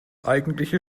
eigentliche